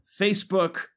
Facebook